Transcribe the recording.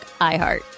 iHeart